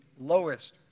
lowest